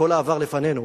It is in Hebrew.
כל העבר לפנינו,